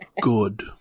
good